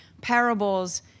parables